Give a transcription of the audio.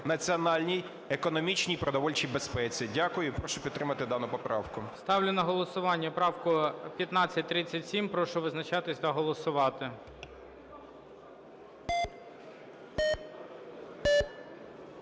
національній, економічній і продовольчій безпеці. Дякую і прошу підтримати дану поправку. ГОЛОВУЮЧИЙ. Ставлю на голосування правку 1537. Прошу визначатись та голосувати.